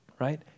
right